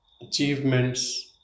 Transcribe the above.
achievements